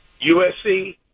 USC